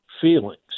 feelings